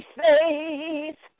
face